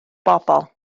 bobl